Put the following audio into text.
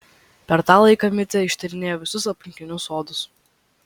per tą laiką micė ištyrinėjo visus aplinkinius sodus